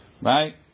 right